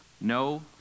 No